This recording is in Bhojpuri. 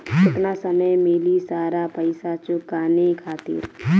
केतना समय मिली सारा पेईसा चुकाने खातिर?